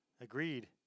agreed